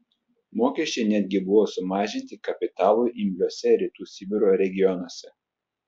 mokesčiai netgi buvo sumažinti kapitalui imliuose rytų sibiro regionuose